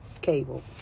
cable